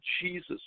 Jesus